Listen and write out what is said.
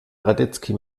radetzky